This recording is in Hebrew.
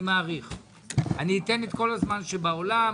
אני אתן את כל הזמן שבעולם,